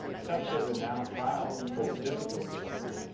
such a renowned trial for the difficulty of it.